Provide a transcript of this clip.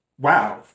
Wow